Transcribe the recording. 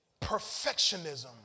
Perfectionism